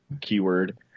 keyword